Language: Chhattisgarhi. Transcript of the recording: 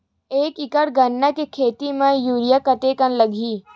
एक एकड़ गन्ने के खेती म यूरिया कतका लगही?